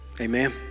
Amen